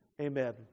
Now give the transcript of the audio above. Amen